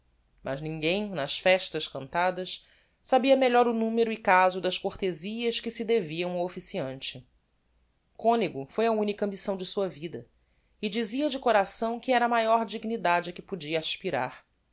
mas ninguem nas festas cantadas sabia melhor o numero e caso das cortezias que se deviam ao officiante conego foi a unica ambição de sua vida e dizia de coração que era a maior dignidade a que podia aspirar